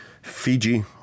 Fiji